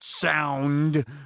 sound